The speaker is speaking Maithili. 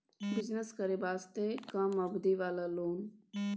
बिजनेस करे वास्ते कम अवधि वाला लोन?